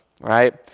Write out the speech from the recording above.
right